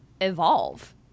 evolve